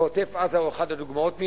ועוטף-עזה הוא אחת הדוגמאות.